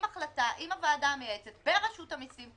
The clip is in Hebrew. החלטה עם הוועדה המייעצת ברשות המיסים,